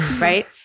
Right